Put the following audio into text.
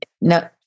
no